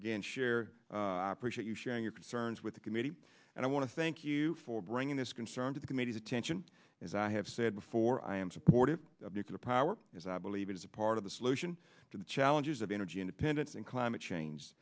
again share appreciate you sharing your concerns with the committee and i want to thank you for bringing this concern to the committee's attention as i have said before i am supportive of nuclear power as i believe it is a part of the solution to the challenges of energy independence and climate change